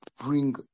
bring